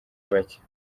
bacye